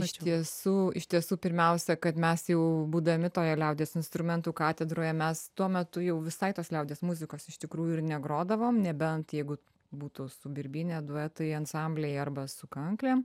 iš tiesų iš tiesų pirmiausia kad mes jau būdami toje liaudies instrumentų katedroje mes tuo metu jau visai tos liaudies muzikos iš tikrųjų ir negrodavom nebent jeigu būtų su birbyne duetai ansambliai arba su kanklėm